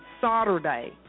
Saturday